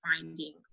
finding